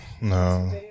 no